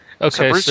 Okay